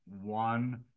one